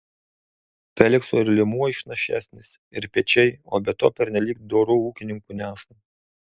felikso ir liemuo išnašesnis ir pečiai o be to pernelyg doru ūkininku neša